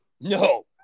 No